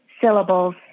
syllables